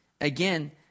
Again